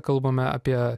kalbame apie